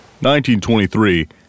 1923